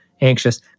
anxious